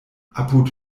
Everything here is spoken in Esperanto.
apud